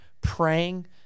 praying